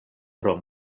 pro